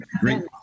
great